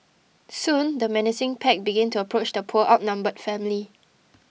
soon the menacing pack began to approach the poor outnumbered family